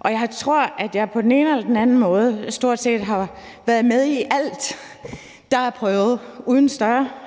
Og jeg tror, at jeg på den ene eller den anden måde stort set har været med i alt, der er prøvet uden større